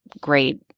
great